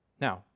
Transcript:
Now